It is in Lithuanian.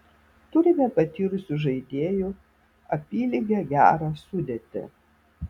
turime patyrusių žaidėjų apylygę gerą sudėtį